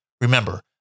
remember